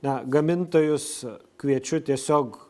na gamintojus kviečiu tiesiog